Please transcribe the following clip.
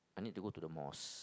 I need to go to the mosque